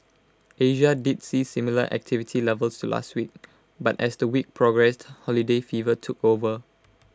Asia did see similar activity levels to last week but as the week progressed holiday fever took over